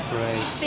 Great